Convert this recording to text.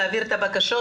תעבירו את הבקשות,